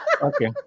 okay